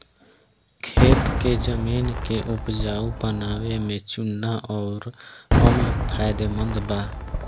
खेत के जमीन के उपजाऊ बनावे में चूना अउर अम्ल फायदेमंद बा